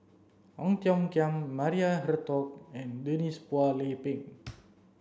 Ong Tiong Khiam Maria Hertogh and Denise Phua Lay Peng